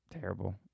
Terrible